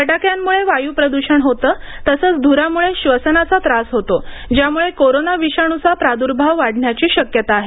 फटाक्यांमुळे वायू प्रदूषण होतं तसंच ध्रामुळे श्वसनाचा त्रास होतो ज्यामुळे कोरोना विषाणुचा प्रादुर्भाव वाढण्याची शक्यता आहे